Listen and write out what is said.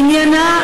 עניינה,